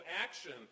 action